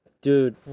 Dude